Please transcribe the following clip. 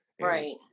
Right